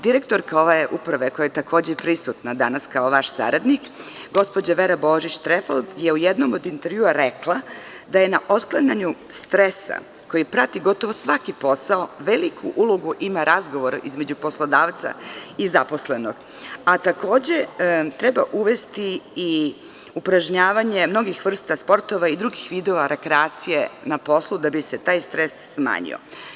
Direktorka ove uprave, koja je takođe prisutna danas kao vaš saradnik, gospođa Vera Božić Trefalt je u jednom od intervjua rekla da na otklanjanju stresa, koji prati gotovo svaki posao, veliku ulogu ima razgovor između poslodavca i zaposlenog, a takođe treba uvesti i upražnjavanje mnogih vrsta sportova i drugih vidova rekreacije na poslu da bi se taj stres smanjio.